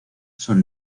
son